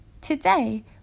Today